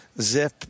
zip